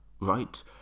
right